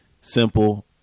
simple